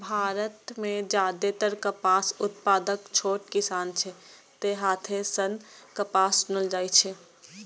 भारत मे जादेतर कपास उत्पादक छोट किसान छै, तें हाथे सं कपास चुनल जाइ छै